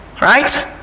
Right